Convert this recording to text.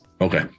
Okay